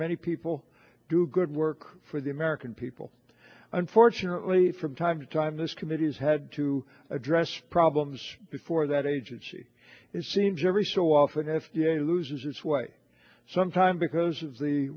many people do good work for the american people unfortunately from time to time this committee has had to address problems before that agency it seems every so often f d a loses its way sometimes because of the